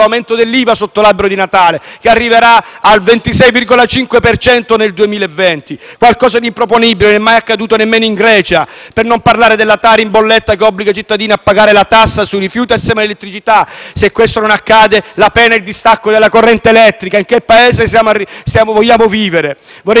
per cento nel 2020. È una cosa improponibile; non è mai accaduto, nemmeno in Grecia. Per non parlare della TARI in bolletta che obbliga i cittadini a pagare la tassa sui rifiuti assieme alla elettricità. Se questo non accade, la pena è il distacco della corrente elettrica. In che Paese vogliamo vivere? Vorrei spiegare ai cittadini che avremmo voluto parlare di *flat tax*,